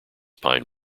pine